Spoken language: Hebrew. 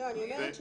אני אומרת שב-(ג)